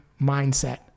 mindset